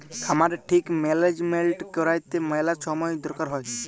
খামারের ঠিক ম্যালেজমেল্ট ক্যইরতে ম্যালা ছময় দরকার হ্যয়